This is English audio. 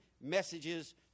messages